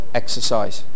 exercise